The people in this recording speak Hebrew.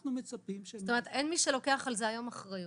אנחנו מצפים --- זאת אומרת שאין מי שלוקח על זה היום אחריות.